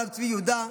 הרב צבי יהודה,